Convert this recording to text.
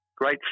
great